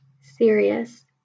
serious